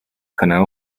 可能